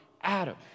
Adam